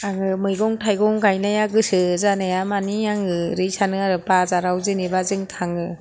आङो मैगं थाइगं गायनाया गोसो जानाया मानि आङो ओरै सानो आरो बाजाराव जेनबा जों थाङो